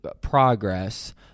progress